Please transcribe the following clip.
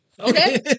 Okay